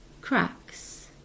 Cracks